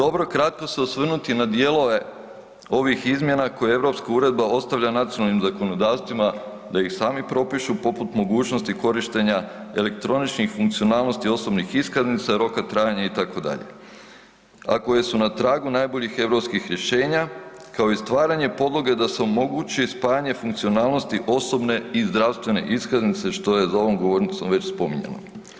Mislim da je dobro kratko se osvrnuti na dijelove ovih izmjena koje europska uredba ostavlja nacionalnim zakonodavstvima da ih sami propišu poput mogućnosti korištenja elektroničnih funkcionalnosti osobnih iskaznica, roka trajanja itd., a koje su na tragu najboljih europskih rješenja kao i stvaranje podloge da se omogući spajanje funkcionalnosti osobne i zdravstvene iskaznice što je za ovom govornicom već spominjano.